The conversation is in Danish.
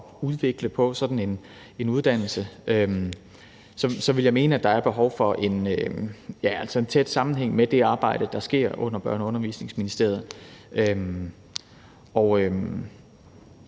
udvikle sådan en uddannelse, vil jeg mene, at der er behov for en tæt sammenhæng med det arbejde, der sker under Børne- og Undervisningsministeriet. Og